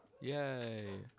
Yay